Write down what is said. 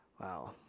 Wow